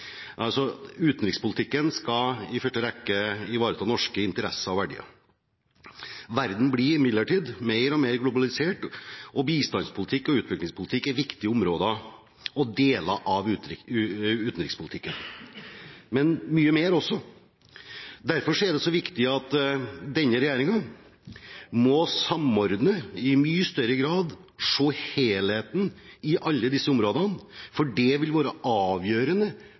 Utenrikspolitikken skal i første rekke ivareta norske interesser og verdier. Verden blir imidlertid mer og mer globalisert. Bistandspolitikk og utviklingspolitikk er viktige områder, og deler av utenrikspolitikken – men mye mer også. Derfor er det så viktig at denne regjeringen må samordne i mye større grad og se helheten i alle disse områdene. Det vil være avgjørende